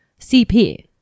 CP